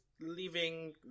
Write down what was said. leaving